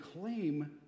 claim